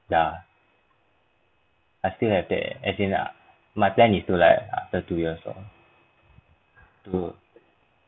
ya I still have their as in ah my plan is to like after two years lor to